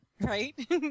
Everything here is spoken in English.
right